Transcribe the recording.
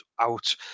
out